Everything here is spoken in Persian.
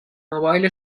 موبایل